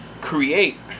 create